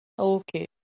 Okay